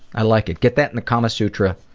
i like it. get that in the kama sutra.